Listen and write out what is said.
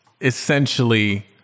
essentially